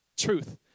truth